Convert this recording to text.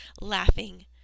laughing